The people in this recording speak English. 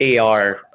AR